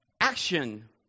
Action